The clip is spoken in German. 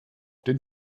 den